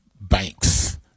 banks